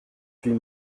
huit